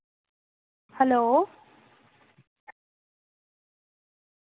hello